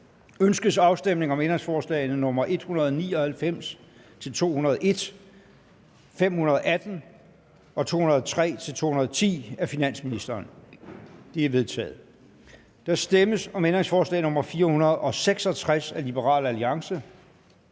Ønskes afstemning om ændringsforslag nr. 199-201, 518 og 203-210 af finansministeren. De er vedtaget. Der stemmes om ændringsforslag nr. 466 af Liberal Alliance,